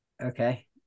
Okay